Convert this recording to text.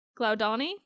Glaudani